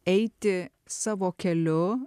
eiti savo keliu